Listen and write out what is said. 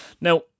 Now